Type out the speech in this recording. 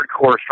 hardcore